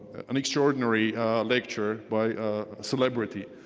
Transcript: an extraordinary lecture by a celebrity.